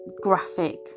graphic